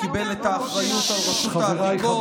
שקיבל את האחריות לרשות העתיקות.